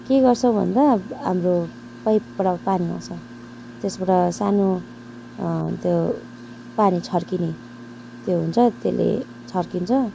के गर्छौँ भन्दा हाम्रो पइपबाट पानी आउँछ त्यसबाट सानो त्यो पानी छर्किने त्यो हुन्छ त्यसले छर्किन्छ